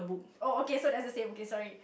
oh okay so that's the same okay sorry